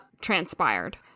transpired